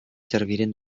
serviren